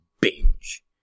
binge